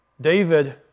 David